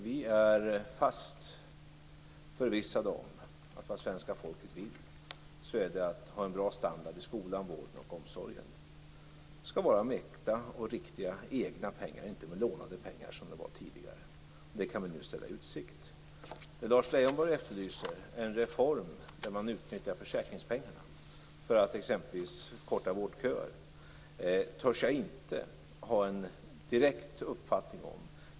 Vi är fast förvissade om att svenska folket vill ha en bra standard i skolan, i vården och i omsorgen. Det skall åstadkommas med riktiga och egna pengar, inte med lånade pengar, vilket skedde tidigare. Det kan vi nu ställa i utsikt. Det som Lars Leijonborg efterlyser är en reform där man utnyttjar försäkringspengarna för att exempelvis korta vårdköer. Jag törs inte ha en direkt uppfattning om det.